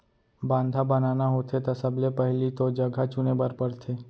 बांधा बनाना होथे त सबले पहिली तो जघा चुने बर परथे